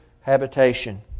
habitation